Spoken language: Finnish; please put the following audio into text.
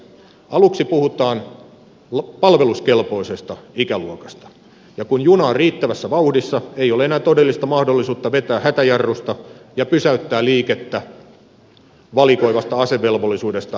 aluksi puhutaan palveluskelpoisesta ikäluokasta ja kun juna on riittävässä vauhdissa ei ole enää todellista mahdollisuutta vetää hätäjarrusta ja pysäyttää liikettä valikoivasta asevelvollisuudesta kohti ammattiarmeijaa